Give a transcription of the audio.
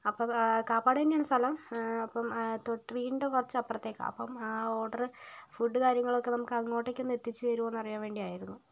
അപ്പോൾ കാപ്പാട് തന്നെയാണ് സ്ഥലം അപ്പോൾ വീടിൻ്റെ കുറച്ച് അപ്പുറത്തേക്ക് അപ്പോൾ ആ ഓർഡർ ഫുഡ് കാര്യങ്ങളൊക്കെ നമുക്ക് അങ്ങോട്ടേക്ക് എത്തിച്ചു തരുമോന്ന് അറിയാൻ വേണ്ടിട്ടായിരുന്നു